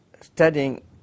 studying